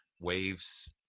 waves